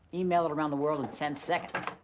email it around the world in ten seconds.